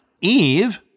Eve